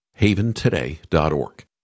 Haventoday.org